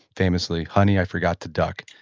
famously, honey, i forgot to duck.